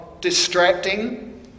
distracting